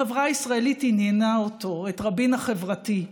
החברה הישראלית עניינה אותו, את רבין החברתי,